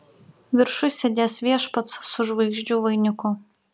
viršuj sėdės viešpats su žvaigždžių vainiku